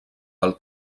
del